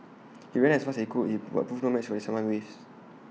he ran as fast as he could he but proved no match the tsunami waves